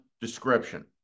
description